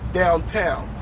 downtown